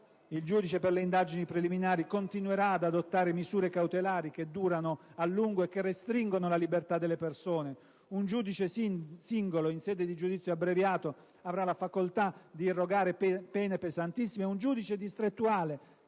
il giudice per le indagini preliminari, continuerà ad adottare misure cautelari che durano a lungo e che restringono la libertà delle persone; un giudice singolo, in sede di giudizio abbreviato, avrà la facoltà di irrogare pene pesantissime, e un giudice distrettuale